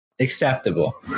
acceptable